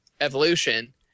evolution